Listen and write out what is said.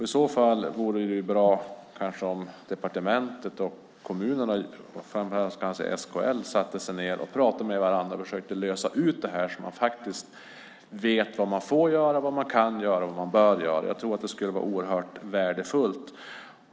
I så fall vore det bra om departementet och kommunerna, framför allt kanske SKL, satte sig ned och pratade med varandra och försökte lösa det här så att kommunerna faktiskt vet vad de får göra, vad de kan göra och vad de bör göra. Jag tror att det skulle vara oerhört värdefullt.